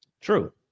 True